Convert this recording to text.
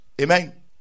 Amen